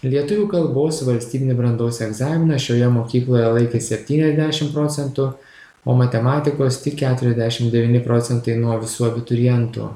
lietuvių kalbos valstybinį brandos egzaminą šioje mokykloje laikė septyniasdešim procentų o matematikos tik keturiasdešim devyni procentai nuo visų abiturientų